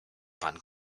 pan